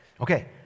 Okay